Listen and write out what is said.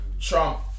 Trump